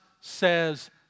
says